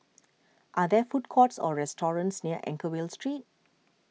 are there food courts or restaurants near Anchorvale Street